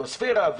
האטמוספירה,